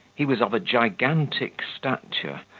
he was of a gigantic stature,